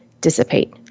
dissipate